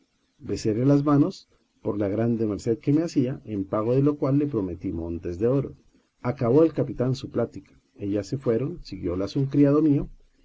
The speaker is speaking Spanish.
beséle las manos por la grande merced que me hacía en pago de la cual le prometí montes de oro acabó el capitán su plática ellas se fueron siguiólas un criado mío